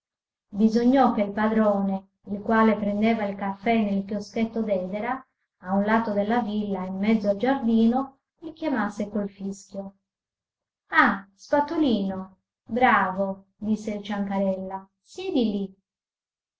bisognò che il padrone il quale prendeva il caffè nel chioschetto d'edera a un lato della villa in mezzo al giardino li chiamasse col fischio ah spatolino bravo disse il ciancarella siedi